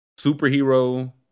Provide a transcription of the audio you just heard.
superhero